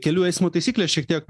kelių eismo taisyklės šiek tiek